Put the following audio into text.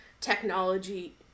technology